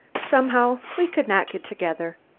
somehow we could not get together.